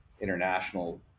international